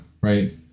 right